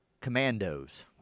Commandos